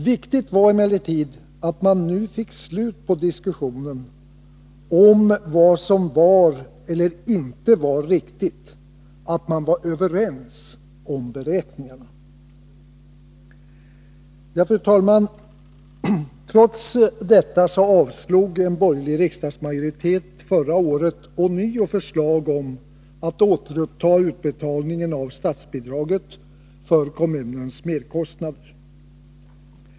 Viktigt var emellertid att man nu fick slut på diskussionen om vad som var eller inte var riktigt, att man var överens om beräkningarna. Fru talman! Trots detta avslog en borgerlig riksdagsmajoritet förra året ånyo förslag om ett återupptagande när det gäller utbetalningen av statsbidraget för kommunens merkostnader.